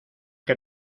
que